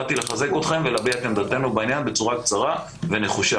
באתי לחזק אתכם ולהביע את עמדתנו בעניין בצורה קצרה ונחושה.